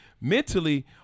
mentally